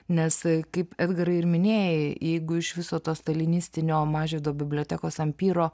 nes kaip edgarai ir minėjai jeigu iš viso to stalinistinio mažvydo bibliotekos ampyro